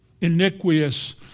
iniquitous